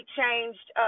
changed